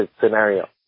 scenario